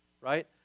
right